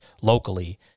locally